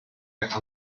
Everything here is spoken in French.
mère